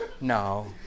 No